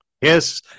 Yes